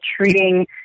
treating